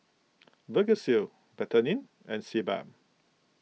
Vagisil Betadine and Sebamed